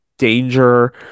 danger